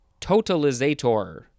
totalizator